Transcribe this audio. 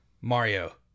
Mario